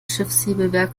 schiffshebewerk